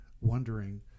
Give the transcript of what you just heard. wondering